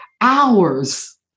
hours